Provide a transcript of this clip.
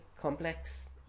complex